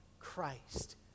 Christ